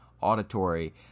auditory